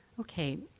okay,